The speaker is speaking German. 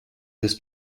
ist